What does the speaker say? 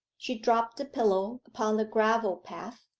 she dropped the pillow upon the gravel path,